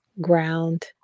ground